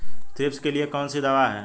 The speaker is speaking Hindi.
थ्रिप्स के लिए कौन सी दवा है?